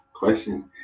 question